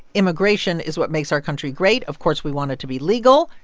immigration is what makes our country great. of course we want it to be legal.